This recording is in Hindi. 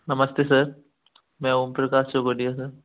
नमस्ते सर मैं ओम प्रकाश सेवडिया